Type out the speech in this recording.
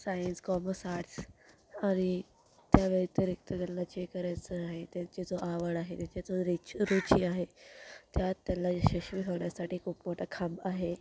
science commerce arts आणि त्या व्यतिरिक्त त्यांना जे करायचं आहे त्यांचे जो आवड आहे त्यांचे जो रीच रुची आहे त्यात त्यांना यशस्वी होण्यासाठी खूप मोठा खांब आहे